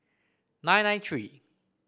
nine nine three